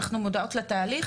אנחנו מודעות לתהליך,